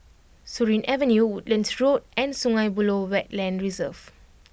Surin Avenue Woodlands Road and Sungei Buloh Wetland Reserve